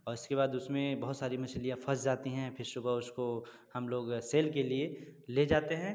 और उसके बाद उसमें बहुत सारी मछलियाँ फंस जाती हैँ फिर सुबह उसको हम लोग सेल के लिए ले जाते हैं